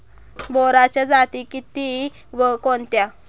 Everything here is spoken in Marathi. बोराच्या जाती किती व कोणत्या?